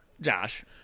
Josh